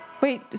Wait